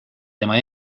tema